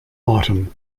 autumn